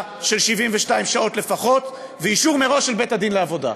של 72 שעות לפחות ואישור מראש של בית-הדין לעבודה.